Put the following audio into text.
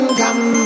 come